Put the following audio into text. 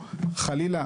חלילה,